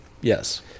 Yes